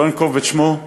שלא אנקוב בשמו,